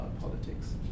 politics